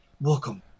Welcome